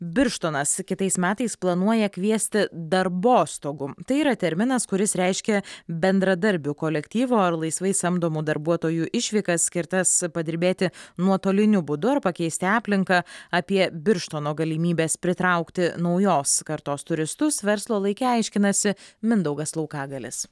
birštonas kitais metais planuoja kviesti darbostogom tai yra terminas kuris reiškia bendradarbių kolektyvo ar laisvai samdomų darbuotojų išvykas skirtas padirbėti nuotoliniu būdu ar pakeisti aplinką apie birštono galimybes pritraukti naujos kartos turistus verslo laike aiškinasi mindaugas laukagalis